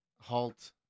halt